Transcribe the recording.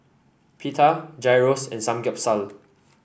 Pita Gyros and Samgyeopsal